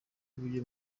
bujye